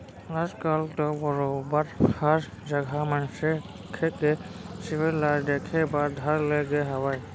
आज कल तो बरोबर हर जघा मनखे के सिविल ल देखे बर धर ले गे हावय